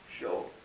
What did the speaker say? Show